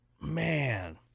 Man